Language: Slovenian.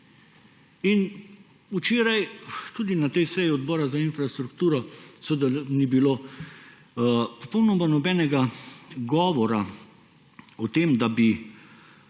In včeraj, tudi na tej seji Odbora za infrastrukturo, seveda ni bilo popolnoma nobenega govora o tem, da bi